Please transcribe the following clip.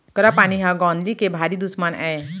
करा पानी ह गौंदली के भारी दुस्मन अय